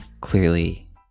clearly